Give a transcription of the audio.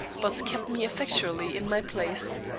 but kept me effectually in my place.